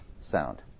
sound